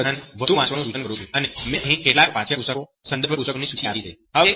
હું તમને બધાને વધુ વાંચવાનું સૂચન કરું છું અને મેં અહીં કેટલાક પાઠયપુસ્તકો સંદર્ભ પુસ્તકોની સૂચિ આપી છે